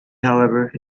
however